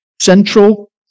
central